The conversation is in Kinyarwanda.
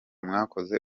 mwakoze